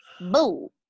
Boo